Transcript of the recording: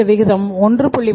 இந்த விகிதம் 1